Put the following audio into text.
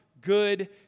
good